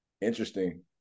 interesting